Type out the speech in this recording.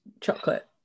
chocolate